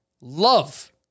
love